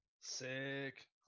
Sick